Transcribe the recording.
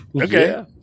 Okay